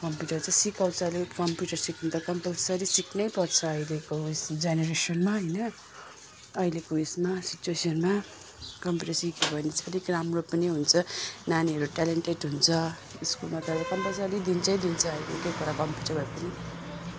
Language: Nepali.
कम्प्युटर चाहिँ सिकाउँछ अहिले कम्प्युटर सिक्नु त कम्पल्सरी सिक्नैपर्छ अहिलेको जेनेरेसनमा हैन अहिलेको उसमा सिचुवेसनमा कम्प्युटर सिक्यो भने चाहिँ अलिक राम्रो पनि हुन्छ नानीहरू ट्यालेन्टेड हुन्छ स्कुलमा त अब कम्पल्सरी दिन्छै दिन्छै एक दुइटा तर कम्प्युटर भए पनि